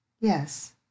Yes